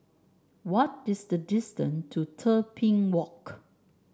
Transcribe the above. what is the distance to Tebing Walk